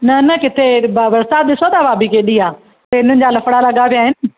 न न किथे बरिसात ॾिसो त भाभी केॾी आहे ट्रेननि जा लफड़ा लॻा पिया आहिनि